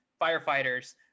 firefighters